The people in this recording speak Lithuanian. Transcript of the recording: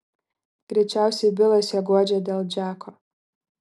greičiausiai bilas ją guodžia dėl džeko